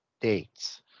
dates